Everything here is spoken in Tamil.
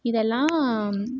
இதெல்லாம்